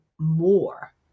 More